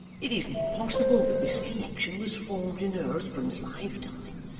it is not possible that this connection was formed in her husband's lifetime,